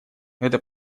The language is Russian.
это